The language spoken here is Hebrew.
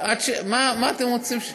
מה אתם רוצים?